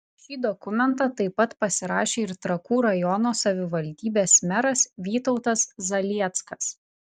šį dokumentą taip pat pasirašė ir trakų rajono savivaldybės meras vytautas zalieckas